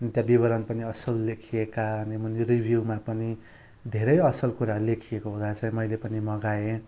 अनि त्यहाँ विवरण पनि असल लेखिएका अनि मुनि रिभ्युमा पनि धेरै असल कुराहरू लेखिएको हुँदा चाहिँ मैले पनि मगाएँ